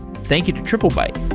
thank you to triplebyte